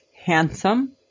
handsome